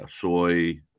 soy